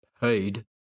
paid